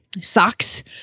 socks